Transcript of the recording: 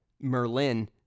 Merlin